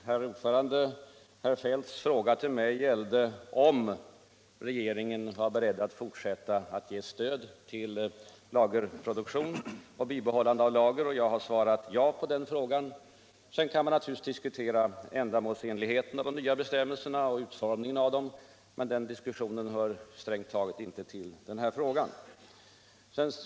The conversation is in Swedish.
Herr talman! Herr Feldts fråga till mig gällde om regeringen var beredd att fortsätta att ge stöd till lagerproduktion och bibehållande av lager, och jag har svarat ja på den frågan. Sedan kan man naturligtvis diskutera ändamålsenligheten av de nya bestämmelserna och utformningen av dem, men den diskussionen hör strängt taget inte till den här frågan.